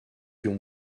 can